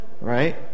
right